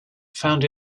found